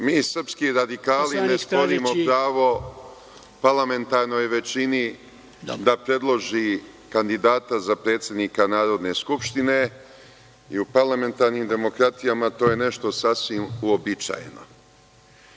mi srpski radikali ne sporimo pravo parlamentarnoj većini da predloži kandidata za predsednika Narodne skupštine i u parlamentarnim demokratijama to je nešto sasvim uobičajeno. Mi